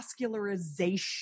vascularization